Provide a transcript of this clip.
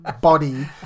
body